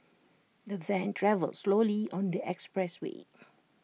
the van travelled slowly on the expressway